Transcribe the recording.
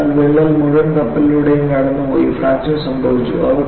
അതിനാൽ വിള്ളൽ മുഴുവൻ കപ്പലിലൂടെ കടന്നുപോയി ഫ്രാക്ചർ സംഭവിച്ചു